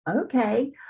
okay